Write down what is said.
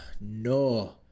No